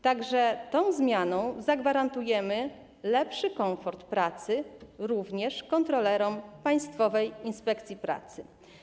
Tak że tą zmianą zagwarantujemy lepszy komfort pracy również kontrolerom Państwowej Inspekcji Pracy.